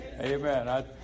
Amen